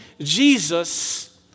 Jesus